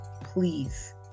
Please